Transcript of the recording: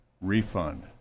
refund